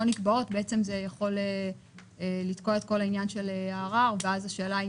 נקבעות בעצם זה יכול לתקוע את כל הערר ואז השאלה היא